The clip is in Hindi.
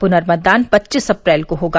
पुनर्मतदान पच्चीस अप्रैल को होगा